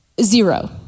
Zero